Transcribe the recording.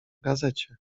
gazecie